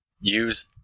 use